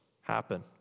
happen